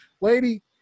lady